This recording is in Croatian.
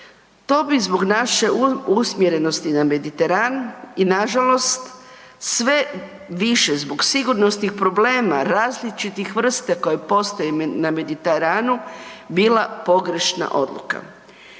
to bi zbog naše usmjerenosti na Mediteranu i na žalost sve više zbog sigurnosnih problema različitih vrsta koje postoje na Mediteranu bila pogrešna odluka.